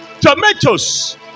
Tomatoes